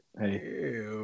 hey